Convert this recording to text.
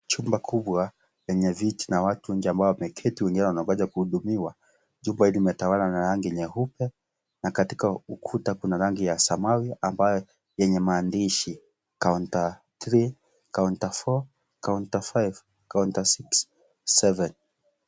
Chumba kubwa lenye watu wameketi wengine wanangoja kuhudumiwa. Jumba hili linatawalwa na rangi nyeupe na katika ukuta kuna rangi ya samawi, ambayo yenye rangi ya maandishi, countr 3, counter 4,counter 5, counter 6, 7 .